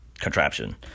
contraption